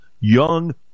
Young